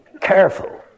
careful